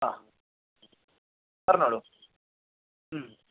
ആ പറഞ്ഞോളു